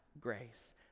grace